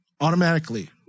automatically